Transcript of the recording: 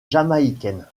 jamaïcaine